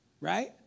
right